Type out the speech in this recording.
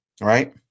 right